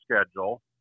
schedule